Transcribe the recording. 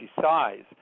size